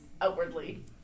outwardly